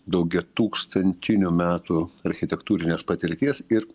daugiatūkstantinių metų architektūrinės patirties ir